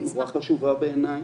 את מאוד חשובה בעיניי.